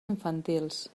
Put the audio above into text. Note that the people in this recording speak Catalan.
infantils